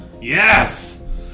Yes